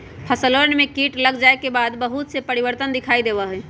फसलवन में कीट लग जाये के बाद बहुत से परिवर्तन दिखाई देवा हई